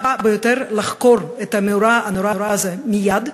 ביותר לחקור את המאורע הנורא הזה מייד,